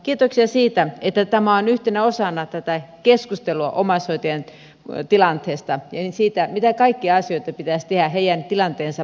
kiitoksia siitä että tämä on yhtenä osana tätä keskustelua omaishoitajien tilanteesta ja siitä mitä kaikkia asioita pitäisi tehdä heidän tilanteensa parantamiseksi